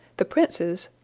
the princes,